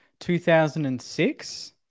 2006